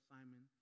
Simon